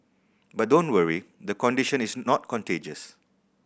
but don't worry the condition is not contagious